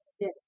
Yes